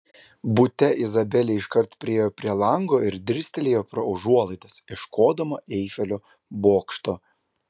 bute izabelė iškart priėjo prie lango ir dirstelėjo pro užuolaidas ieškodama eifelio bokšto